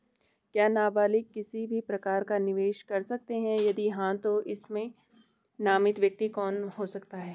क्या नबालिग किसी भी प्रकार का निवेश कर सकते हैं यदि हाँ तो इसमें नामित व्यक्ति कौन हो सकता हैं?